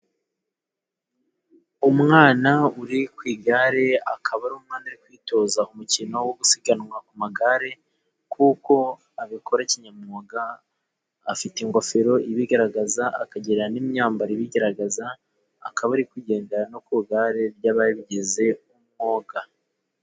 Umwana uri ku igare akaba ari umwana kwitoza umukino wo gusiganwa ku magare, kuko abikora kinyamwuga. Afite ingofero ibigaragaza, akagira n'imyambarire ibigaragaza, akaba ari kugendera no ku igare ry'ababigize umwuga.